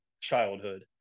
childhood